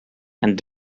and